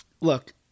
look